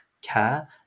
care